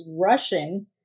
rushing